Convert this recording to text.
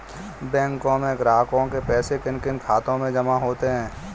बैंकों में ग्राहकों के पैसे किन किन खातों में जमा होते हैं?